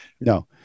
No